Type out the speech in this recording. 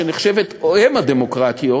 שנחשבת אם הדמוקרטיות,